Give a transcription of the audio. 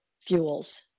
fuels